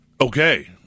Okay